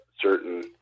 certain